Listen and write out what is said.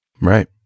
right